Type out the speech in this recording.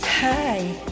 Hi